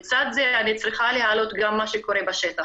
לצד זה, אני צריכה להעלות גם מה שקורה בשטח.